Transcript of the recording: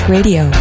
Radio